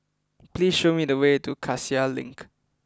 please show me the way to Cassia Link